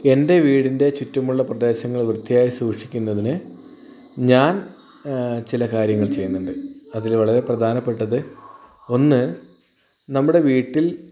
എൻ്റെ വീടിൻ്റെ ചുറ്റുമുള്ള പ്രദേശങ്ങൾ വൃത്തിയായി സൂക്ഷിക്കുന്നതിന് ഞാൻ ചില കാര്യങ്ങൾ ചെയ്യുന്നുണ്ട് അതിൽ വളരെ പ്രധാനപ്പെട്ടത് ഒന്ന് നമ്മുടെ വീട്ടിൽ